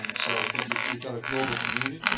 um so i think you've you've got a global community.